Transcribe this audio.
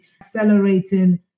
accelerating